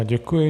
Děkuji.